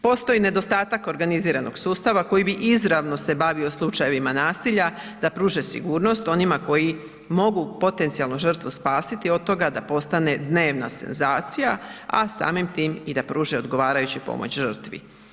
Postoji nedostatak organiziranog sustava koji bi izravno se bavio slučajevima nasilja da pruže sigurnost onima koji mogu potencijalno žrtvu spasiti od toga da postane dnevna senzacija, a samim tim i da pruže odgovarajuću pomoć žrtvi.